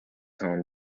home